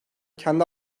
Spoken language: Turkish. kendi